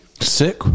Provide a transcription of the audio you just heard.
Sick